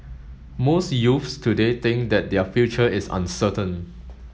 most youths today think that their future is uncertain